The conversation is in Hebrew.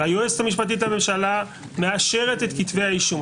והיועצת המשפטית לממשלה מאשרת את כתבי האישום.